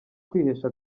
kwihesha